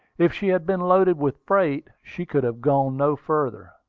if she had been loaded with freight, she could have gone no farther.